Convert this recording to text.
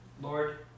Lord